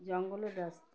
জঙ্গলের রাস্তা